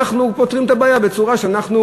אנחנו פותרים את הבעיה בצורה שאנחנו